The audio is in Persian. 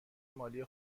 مالی